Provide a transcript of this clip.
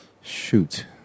shoot